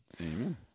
Amen